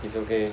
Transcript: it's okay